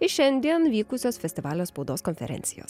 iš šiandien vykusios festivalio spaudos konferencijos